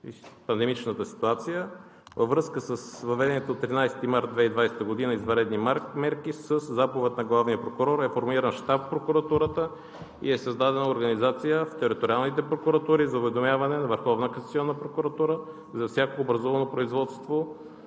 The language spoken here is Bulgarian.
пандемичната ситуация. Във връзка с въведените от 13 март 2020 г. извънредни мерки, със заповед на главния прокурор е формиран щаб в прокуратурата и е създадена организация в териториалните прокуратури за уведомяване на Върховната касационна прокуратура